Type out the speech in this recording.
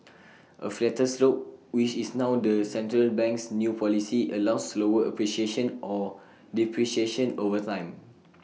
A flatter slope which is now the central bank's new policy allows slower appreciation or depreciation over time